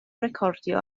recordio